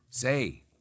Say